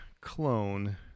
clone